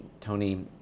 tony